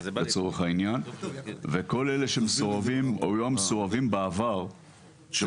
וכל אלה שהיו מסורבים בעבר,